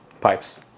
Pipes